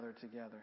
together